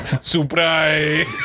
Surprise